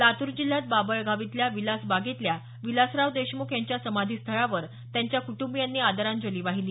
लातूर जिल्ह्यात बाभळगाव इथल्या विलास बागेतल्या विलासराव देशमुख यांच्या समाधीस्थळावर त्यांच्या कुटुंबियांनी आदरांजली वाहिली